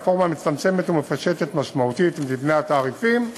הרפורמה מצמצמת ומפשטת משמעותית את מבנה התעריפים.